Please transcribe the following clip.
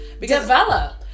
Develop